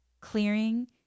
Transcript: clearing